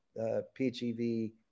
PHEV